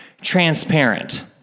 transparent